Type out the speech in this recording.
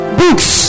books